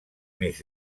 més